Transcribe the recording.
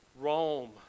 Rome